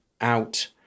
out